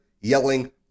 yelling